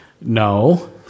No